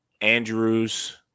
Andrews